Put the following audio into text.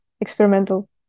experimental